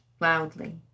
loudly